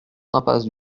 impasse